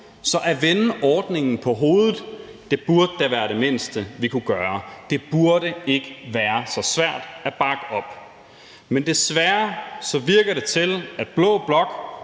så at vende ordningen på hovedet burde da være det mindste, vi kunne gøre. Det burde ikke være så svært at bakke op. Men desværre lader det til, at blå blok